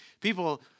People